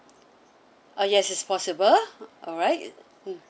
ah yes it's possible alright mm